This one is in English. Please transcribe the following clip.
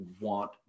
want